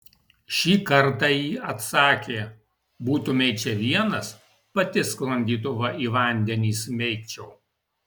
šį kartąjį atsakė būtumei čia vienas pati sklandytuvą į vandenį smeigčiau